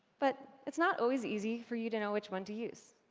but it's not always easy for you to know which one to use